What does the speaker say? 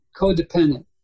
codependent